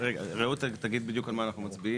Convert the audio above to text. רעות תגיד בדיוק על מה אנחנו מצביעים.